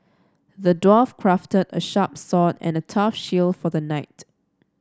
the dwarf crafted a sharp sword and a tough shield for the knight